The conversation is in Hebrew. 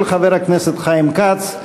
של חבר הכנסת חיים כץ,